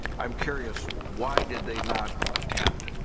i'm curious. why did they not attend?